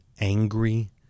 angry